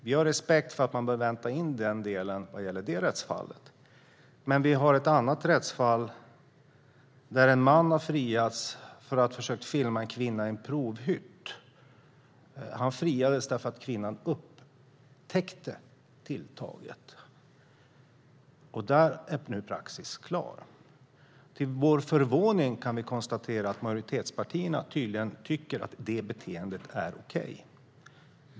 Vi har respekt för att man bör vänta in domen i just detta rättsfall. Det finns emellertid ett annat rättsfall där en man har friats efter att ha försökt filma en kvinna i en provhytt. Han friades därför att kvinnan upptäckte tilltaget. Där är praxis nu alltså klar. Till vår förvåning kan vi konstatera att majoritetspartierna tydligen tycker att ett sådant beteende är okej.